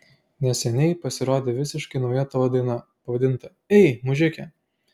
neseniai pasirodė visiškai nauja tavo daina pavadinta ei mužike